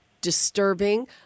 disturbing